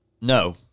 No